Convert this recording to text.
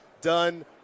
Done